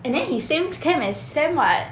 and then he same camp as sam [what]